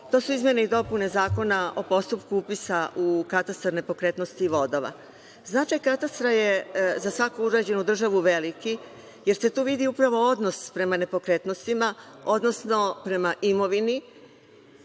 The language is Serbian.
To su izmene i dopune Zakona o postupku upisa u katastar nepokretnosti i vodova. Značaj katastra je za svaku uređenu državu veliki, jer se tu vidi upravo odnos prema nepokretnostima, odnosno prema imovini,